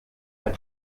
ein